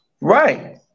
Right